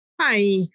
Hi